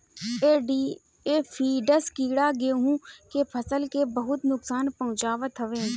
aphids कीड़ा गेंहू के फसल के बहुते नुकसान पहुंचावत हवे